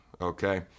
Okay